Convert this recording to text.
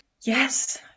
yes